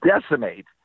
decimate